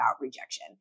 rejection